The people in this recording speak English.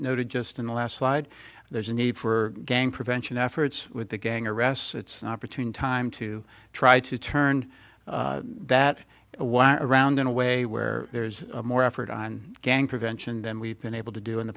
noted just in the last slide there's a need for gang prevention efforts with the gang arrests it's an opportune time to try to turn that around in a way where there's more effort on gang prevention than we've been able to do in the